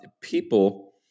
people